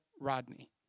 Rodney